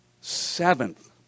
seventh